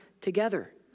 together